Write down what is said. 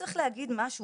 צריך להגיד משהו,